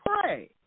pray